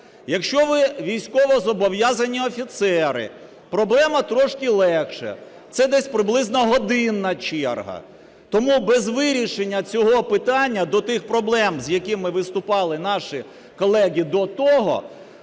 Якщо ви військовозобов'язані офіцери, проблема трохи легша – це десь приблизно годинна черга. Тому без вирішення цього питання до тих проблем, з якими виступали наші колеги до того